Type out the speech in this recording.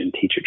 teacher